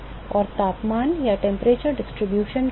और तापमान वितरण क्या है